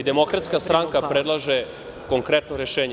Demokratska stranka predlaže konkretno rešenje.